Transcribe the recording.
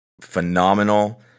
phenomenal